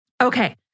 Okay